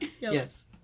yes